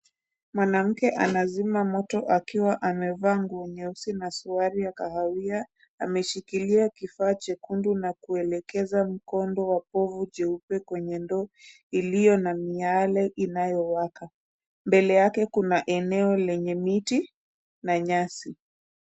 Mwanamke anasima moto akiwa amevaa nguo nyeusi na suruali ya kahawia, ameshikilia kifaa chekundu na kuelekesa mkondo wa pofu cheupe kwenye ndoo iliyo na miale inayo waka, mbele yake Kuna eneo lenye miti na nyasi